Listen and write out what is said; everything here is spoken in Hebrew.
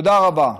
תודה רבה.